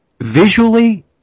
visually